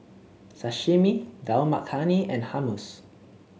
Sashimi Dal Makhani and Hummus